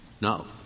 no